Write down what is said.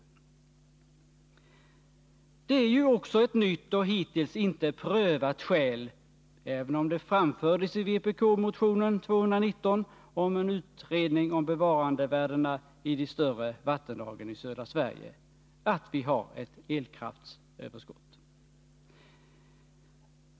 Att vi har ett elkraftsöverskott i Sverige är ju också ett nytt och hittills inte prövat skäl, även om det framfördes i vpk-motionen 219 om en utredning om bevarandevärdena i de större vattendragen i södra Sverige.